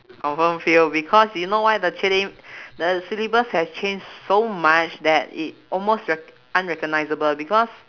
confirm fail because you know why the the syllabus has changed so much that it almost rec~ unrecognizable because